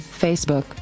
Facebook